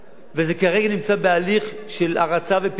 וזה כרגע בהליך של הרצה ופעולה.